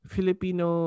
Filipino